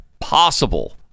possible